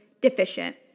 deficient